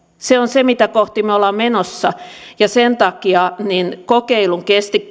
se on se mitä kohti me olemme menossa ja sen takia kokeilun